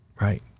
Right